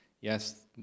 Yes